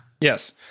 Yes